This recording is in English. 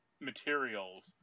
materials